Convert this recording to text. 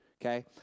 okay